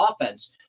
offense